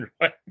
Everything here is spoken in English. right